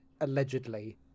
allegedly